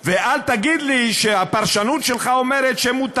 ואל תגיד לי שהפרשנות שלך אומרת שמותר.